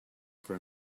for